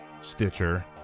Stitcher